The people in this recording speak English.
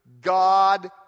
God